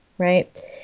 Right